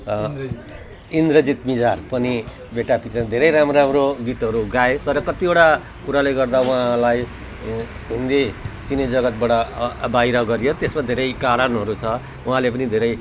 इन्द्रजीत मिजार पनि बेताप पिक्चर धेरै राम्रा राम्रा गीतहरू गाए तर कतिवटा कुराले गर्दा उहाँलाई हिन्दी सिने जगत्बाट बाहिर गरियो त्यसमा धेरै कारणहरू छ उहाँले पनि धेरै